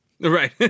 Right